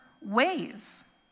ways